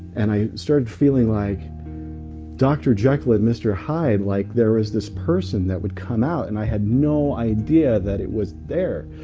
and i started feeling like dr. jekyll and mr. hyde like, there was this person that would come out, and i had no idea that it was there,